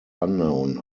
unknown